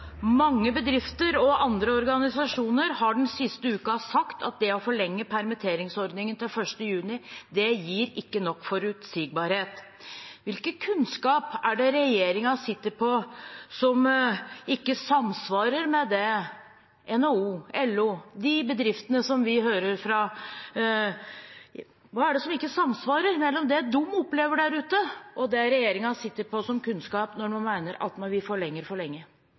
andre organisasjoner har den siste uka sagt at det å forlenge permitteringsordningen til 1. juni ikke gir nok forutsigbarhet. Hvilken kunnskap er det regjeringen sitter på? Hva er det som ikke samsvarer mellom det NHO, LO og de bedriftene som vi hører fra, opplever der ute, og det regjeringen sitter på av kunnskap, når man mener at vi forlenger for lenge?